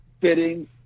fitting